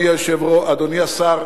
אדוני השר,